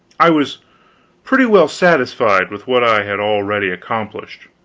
i was pretty well satisfied with what i had already accomplished.